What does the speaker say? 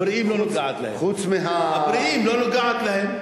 הבריאים, לא נוגעת להם.